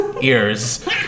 ears